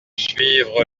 suivre